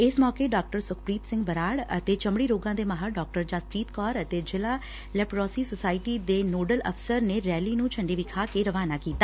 ਇਸ ਮੌਕੇ ਡਾ ਸੁਖਪ੍ਰੀਤ ਸਿੰਘ ਬਰਾੜ ਅਤੇ ਚਮੜੀ ਰੋਗਾਂ ਦੇ ਮਾਹਿਰ ਡਾ ਜਸਪ੍ਰੀਤ ਕੌਰ ਅਤੇ ਜ਼ਿਲ੍ਹਾ ਲੈਪਰੋਸੀ ਸੁਸਾਇਟੀ ਦੇ ਨੋਡਲ ਅਫਸਰ ਨੇ ਰੈਲੀ ਨੂੰ ਝੰਡੀ ਦੇ ਕੇ ਰਵਾਨਾ ਕੀਤਾ